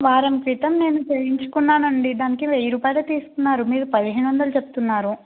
వారం క్రితం నేను చేయించుకున్నాను అండి దానికి వెయ్యి రూపాయలు తీస్తున్నారు మీరు పదిహేను వందలు చెప్తున్నారు